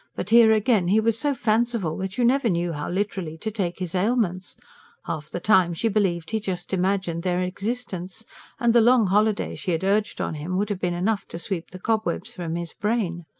but, here again, he was so fanciful that you never knew how literally to take his ailments half the time she believed he just imagined their existence and the long holiday she had urged on him would have been enough to sweep the cobwebs from his brain.